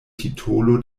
titolo